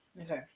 Okay